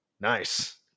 Nice